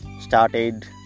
started